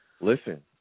Listen